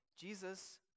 Jesus